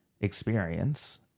experience